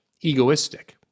egoistic